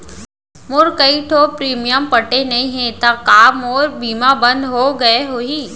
मोर कई ठो प्रीमियम पटे नई हे ता का मोर बीमा बंद हो गए होही?